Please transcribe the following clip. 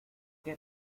qué